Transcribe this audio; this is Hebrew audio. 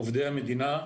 עובדי המדינה,